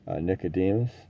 Nicodemus